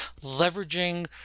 leveraging